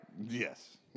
Yes